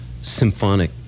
symphonic